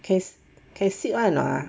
can can seat [one] or not ah